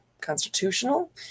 constitutional